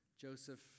Joseph